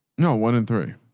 no one in three.